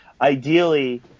ideally